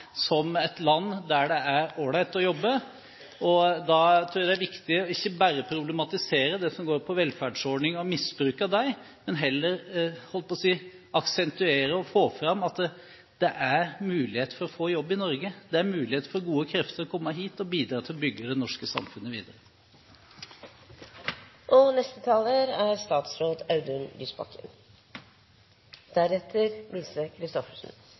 som et land der det er all right å jobbe. Da tror jeg det er viktig ikke bare å problematisere det som går på velferdsordninger og misbruk av dem, men heller aksentuere og få fram at det er mulig å få jobb i Norge. Det er mulig for gode krefter å komme hit og bidra til å bygge det norske samfunnet videre.